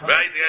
Right